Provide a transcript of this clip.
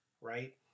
right